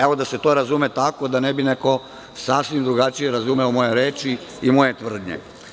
Evo da se to razume tako da ne bi neko sasvim drugačije razumeo moje reči i moje tvrdnje.